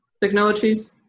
technologies